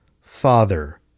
father